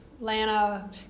lana